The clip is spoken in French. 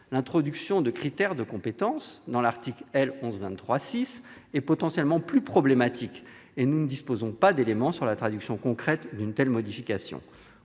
L'introduction du critère de compétence dans l'article L. 1123-6 est potentiellement plus problématique et nous ne disposons pas d'éléments sur la traduction concrète d'une telle modification.